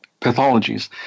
pathologies